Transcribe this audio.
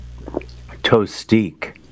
Toastique